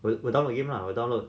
我我 download game lah 我 download